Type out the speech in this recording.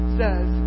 says